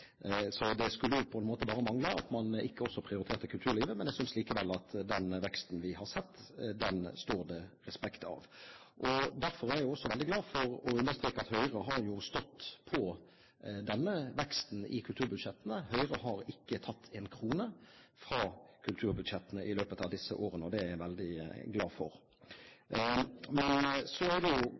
Så det skulle bare mangle at man ikke også priorterte kulturlivet. Men jeg synes likevel det står respekt av den veksten vi har sett. Derfor er jeg også veldig glad for å understreke at Høyre har stått på denne veksten i kulturbudsjettene. Høyre har ikke tatt én krone fra kulturbudsjettene i løpet av disse årene, og det er jeg veldig glad for. Så er det